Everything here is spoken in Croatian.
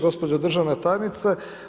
Gospođo državna tajnice.